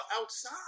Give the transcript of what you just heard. outside